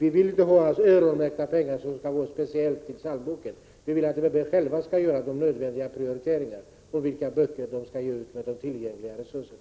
ge pengar som är öronmärkta speciellt till psalmboken. Vi vill att TPB självt skall göra nödvändiga prioriteringar och vi vill ge tillräckliga resurser för det.